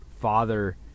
Father